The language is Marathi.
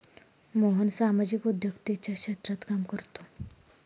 मोहन सामाजिक उद्योजकतेच्या क्षेत्रात काम करतो